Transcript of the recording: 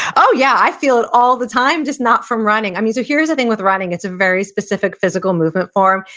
oh, yeah, i feel it all the time, just not from running. i mean, so here's the thing with running, it's a very specific physical movement form.